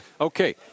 Okay